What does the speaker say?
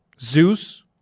Zeus